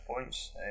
points